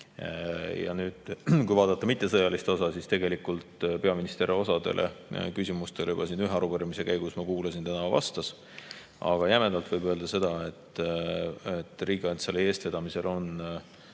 Ja nüüd, kui vaadata mittesõjalist osa, siis tegelikult peaminister osale küsimustele siin ühe arupärimise käigus, ma kuulasin, täna juba vastas. Aga jämedalt võib öelda seda, et Riigikantselei eestvedamisel on